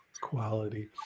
quality